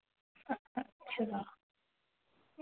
अच्छा